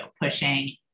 pushing